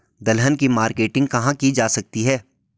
दलहन की मार्केटिंग कहाँ की जा सकती है?